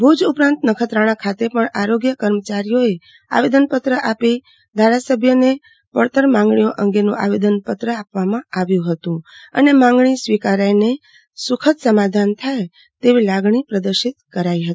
ભુજ ઉપરાંત નખત્રાણા ખાતે પણ આરોગ્ય કર્મચારીઓએ આવેદનપત્ર આપી ધારાસભ્ય ને પડતર માંગણીઓ અંગેનું આવેદનપત્ર આપવામાં આવ્યું હતું અને માંગણી સ્વીકારાઈ ને સુખદ સમાધાન થાય તેવી લાગણી પ્રદશિત કરાઈ હતી